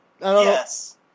Yes